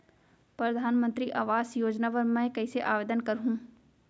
परधानमंतरी आवास योजना बर मैं कइसे आवेदन करहूँ?